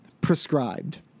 prescribed